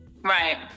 Right